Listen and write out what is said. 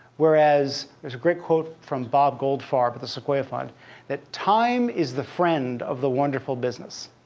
whereas there's a great quote from bob goldfarb at the sequoia fund that time is the friend of the wonderful business,